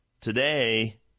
Today